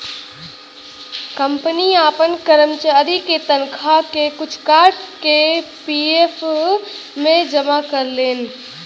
company आपन करमचारी के तनखा के कुछ काट के पी.एफ मे जमा करेलन